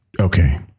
okay